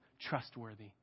trustworthy